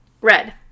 Red